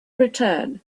return